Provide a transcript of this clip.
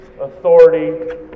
authority